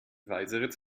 weißeritz